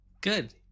Good